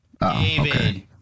David